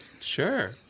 sure